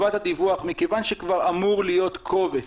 מכיוון שכבר אמור להיות קובץ